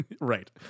Right